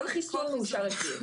כל חיסון מאושרFDA .